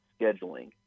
scheduling